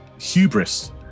hubris